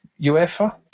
uefa